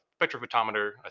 spectrophotometer